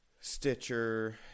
stitcher